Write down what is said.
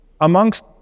Amongst